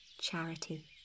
Charity